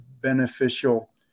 beneficial